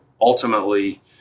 ultimately